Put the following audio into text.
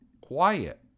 quiet